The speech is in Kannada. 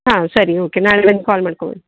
ಹಾಂ ಸರಿ ಓಕೆ ನಾಳೆ ಒಂದು ಕಾಲ್ ಮಾಡ್ಕೊಂಡು ಬನ್ನಿ